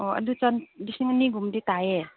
ꯑꯣ ꯑꯗꯨ ꯂꯤꯁꯤꯡ ꯑꯅꯤꯒꯨꯝꯕꯗꯤ ꯇꯥꯏꯌꯦ